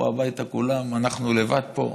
הלכו הביתה כולם, אנחנו לבד פה.